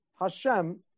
Hashem